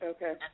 Okay